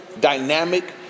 dynamic